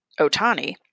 Otani